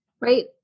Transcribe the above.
right